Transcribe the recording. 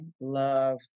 love